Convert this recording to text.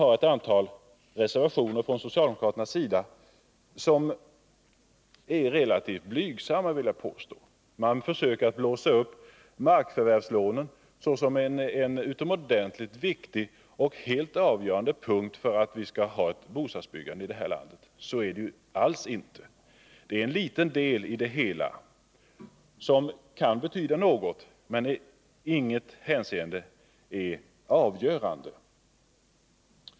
Det föreligger från socialdemokraternas sida ett antal reservationer som är relativt blygsamma, vill jag påstå. Man försöker blåsa upp markförvärvslånen såsom en utomordentligt viktig och helt avgörande faktor för vårt bostadsbyggande. Så är det ju inte alls. De innebär en liten del i det hela, som kan betyda något men som i inget hänseende är avgörande.